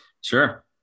Sure